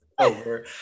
over